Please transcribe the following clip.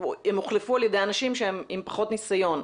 שהם הוחלפו על ידי אנשים שהם עם פחות ניסיון.